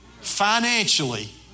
financially